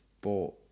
bought